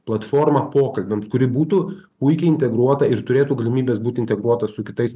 platformą pokalbiams kuri būtų puikiai integruota ir turėtų galimybes būti integruota su kitais